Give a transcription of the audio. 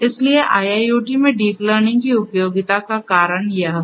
इसलिए IIoT में deep learning की उपयोगिता का कारण यह है